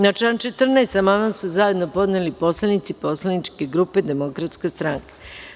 Na član 14. amandman su zajedno podneli poslanici Poslaničke grupe Demokratska stranka.